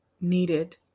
needed